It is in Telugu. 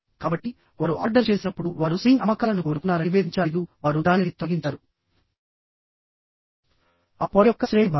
కాబట్టివారు ఆర్డర్ చేసినప్పుడు వారు స్వింగ్ అమ్మకాలను కోరుకున్నారనివేదించాలి వారు దానిని తొలగించారు ఆ పొర యొక్క శ్రేణి భాగం